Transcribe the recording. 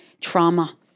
trauma